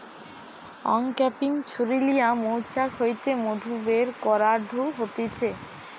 uncapping ছুরি লিয়া মৌচাক হইতে মধু বের করাঢু হতিছে